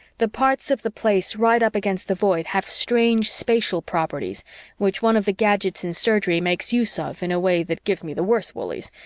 the parts of the place right up against the void have strange spatial properties which one of the gadgets in surgery makes use of in a way that gives me the worse woolies,